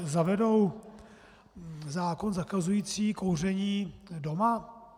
Zavedou zákon zakazující kouření doma?